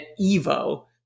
Evo